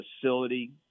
facility